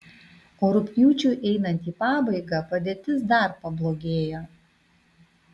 o rugpjūčiui einant į pabaigą padėtis dar pablogėjo